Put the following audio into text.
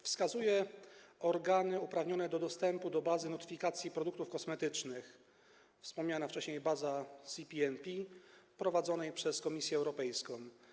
Wskazano organy uprawnione do dostępu do bazy notyfikacji produktów kosmetycznych - chodzi o wspomnianą wcześniej bazę CPNP - prowadzonej przez Komisję Europejską.